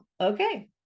okay